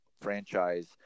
franchise